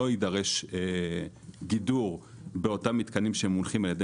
לא יידרש גידור באותם מתקנים שמונחים על ידי